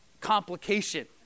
complication